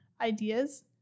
ideas